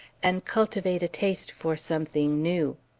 and cultivate a taste for something new.